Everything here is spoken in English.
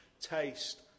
taste